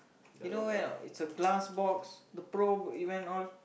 you know where or not it's a glass box the pro event all